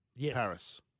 Paris